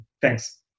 thanks